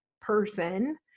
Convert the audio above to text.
person